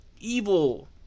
evil